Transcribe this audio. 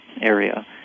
area